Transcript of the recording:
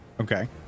Okay